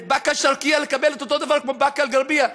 שבבאקה אל-שרקיה יקבלו אותו דבר כמו באקה אל-ע'רביה,